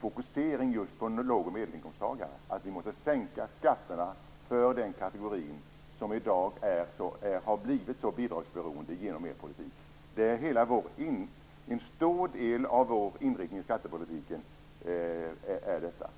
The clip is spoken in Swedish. fokusering på låg och medelinkomsttagarna. Vi menar att man måste sänka skatterna för den kategorin, som i dag har blivit så bidragsberoende genom er politik. En stor del av vår inriktning i skattepolitiken handlar om detta.